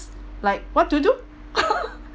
like what to do